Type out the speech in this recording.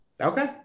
Okay